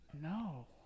No